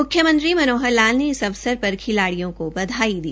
मुख्यमंत्री मनोहर लाल ने इस अवसर पर खिलाड़ियों को बधाई दी